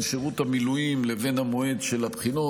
שירות המילואים לבין המועד של הבחינות.